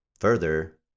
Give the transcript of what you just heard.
further